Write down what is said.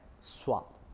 swap